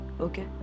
okay